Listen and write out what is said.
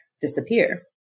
disappear